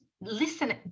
listen